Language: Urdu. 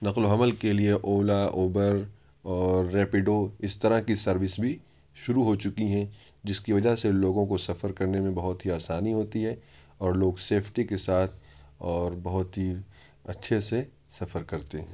نقل و حمل کے لیے اولا اوبر اور ریپیڈو اس طرح کی سروس بھی شروع ہو چکی ہیں جس کی وجہ سے لوگوں کو سفر کرنے میں بہت ہی آسانی ہوتی ہے اور لوگ سیفٹی کے ساتھ اور بہت ہی اچھے سے سفر کرتے ہیں